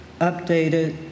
updated